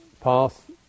path